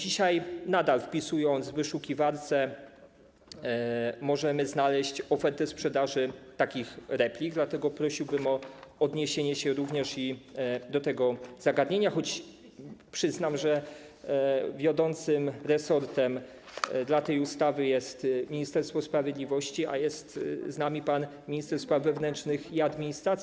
Dzisiaj nadal, wpisując to w wyszukiwarkę, możemy znaleźć oferty sprzedaży takich replik, dlatego prosiłbym o odniesienie się również do tego zagadnienia, choć przyznam, że wiodącym resortem dla tej ustawy jest Ministerstwo Sprawiedliwości, a jest z nami pan minister spraw wewnętrznych i administracji.